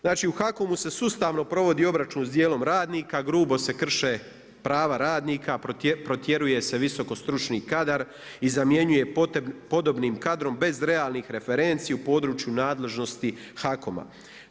Znači u HAKOM-u se sustavno provodi obračun sa dijelom radnika, grubo se krše prava radnika, protjeruje se visokostručni kadar i zamjenjuje podobnim kadrom bez realnih referenci u području nadležnosti HAKOM-a.